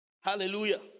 Hallelujah